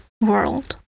world